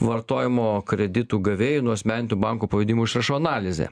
vartojimo kreditų gavėjų nuasmenintų banko pavedimų išrašų analizė